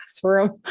classroom